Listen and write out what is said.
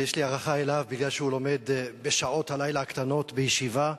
שיש לי הערכה אליו מפני שהוא לומד בשעות הלילה הקטנות בישיבה,